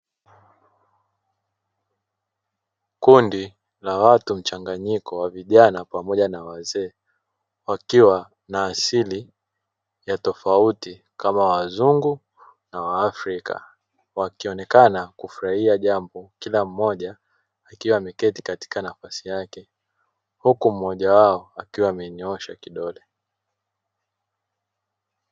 Kundi la watu mchanganyiko wa vijana pamoja na wazee wakiwa na asili ya tofauti kama wazungu na waafrika wakionekana kufurahia jambo, kila mmoja akiwa ameketi katika nafasi yake huku mmoja wao akiwa amenyoosha kidole.